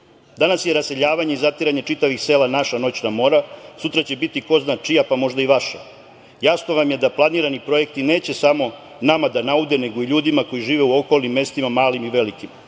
je raseljavanje i zatiranje čitavih sela naša noćna mora, sutra će biti ko zna čija, pa možda i vaša. Jasno nam je planirani projekti neće samo nama da naude, nego i ljudima koji žive u okolnim mestima, malim i velikim. Jasno